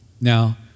Now